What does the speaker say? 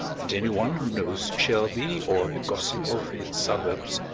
and any one who knows shelby or the gossip of its suburbs,